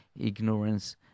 ignorance